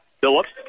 Phillips